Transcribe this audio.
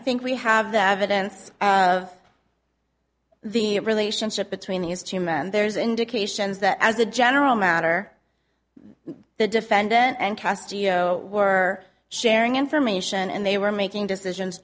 think we have that evidence of the relationship between these two men there's indications that as a general matter the defendant and castillo were sharing information and they were making decisions